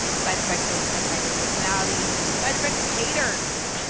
side effects of a type a personality, side effects of haters,